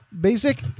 basic